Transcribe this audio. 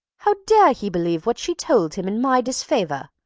how dared he believe what she told him in my disfavour!